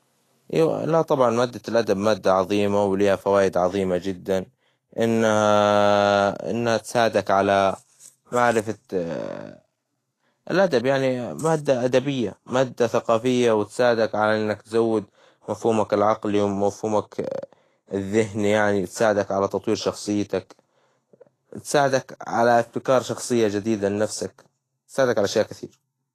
إيوة لأ طبعًا، مادة الأدب مادة عظيمة ولها فوائد عظيمة جدًا، إنها إنها تساعدك على معرفة الأدب يعني مادة أدبية، مادة ثقافية وتساعدك على إنك تزود مفهومك العقلي ومفهومك الذهني يعني، وتساعدك على تطوير شخصيتك، تساعدك على ابتكار شخصية جديدة لنفسك، تساعدك على أشياء كثيرة.